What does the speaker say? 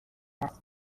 است